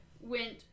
went